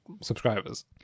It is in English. subscribers